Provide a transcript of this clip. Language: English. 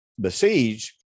besieged